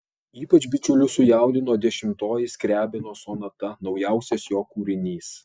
ypač bičiulius sujaudino dešimtoji skriabino sonata naujausias jo kūrinys